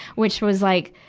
which was like,